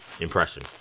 impression